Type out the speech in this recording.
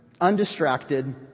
undistracted